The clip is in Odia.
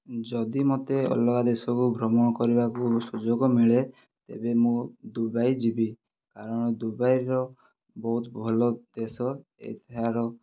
ଯଦି ମୋତେ ଅଲଗା ଦେଶକୁ ଭ୍ରମଣ କରିବାକୁ ସୁଯୋଗ ମିଳେ ତେବେ ମୁଁ ଦୁବାଇ ଯିବି କାରଣ ଦୁବାଇର ବହୁତ ଭଲ ଦେଶ ଏଠାର